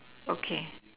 okay